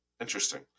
Interesting